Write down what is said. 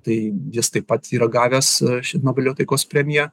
tai jis taip pat yra gavęs šią nobelio taikos premiją